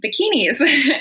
bikinis